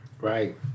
right